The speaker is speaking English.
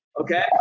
okay